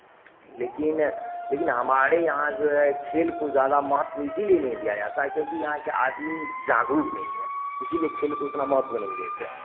लेकिन लेकिन हमारे यहाँ जो है खेल को ज़्यादा महत्व इसीलिए नहीं दिया जाता है क्योंकि यहाँ के आदमी जागरुक नहीं है इसलिए खेल को इतना महत्व नहीं देते हैं